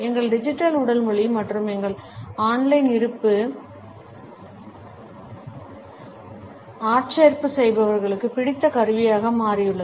எங்கள் டிஜிட்டல் உடல் மொழி மற்றும் எங்கள் ஆன் லைன் இருப்பு ஆட்சேர்ப்பு செய்பவர்களுக்கு பிடித்த கருவியாக மாறியுள்ளது